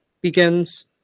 begins